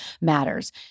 matters